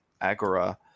agora